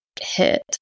hit